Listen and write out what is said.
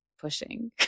pushing